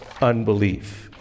unbelief